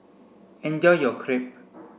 enjoy your Crepe